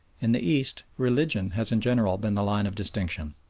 in the east religion has in general been the line of distinction.